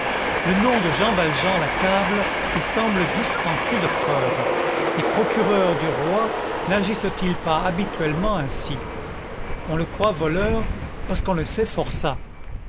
le nom de jean valjean l'accable et semble dispenser de preuves les procureurs du roi nagissent ils pas habituellement ainsi on le croit voleur parce qu'on le sait forçat